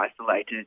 isolated